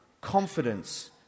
confidence